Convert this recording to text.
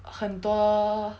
很多